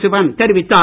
சிவன் தெரிவித்தார்